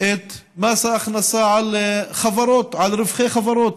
את מס ההכנסה על חברות, על רווחי חברות.